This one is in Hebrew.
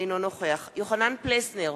אינו נוכח יוחנן פלסנר,